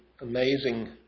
amazing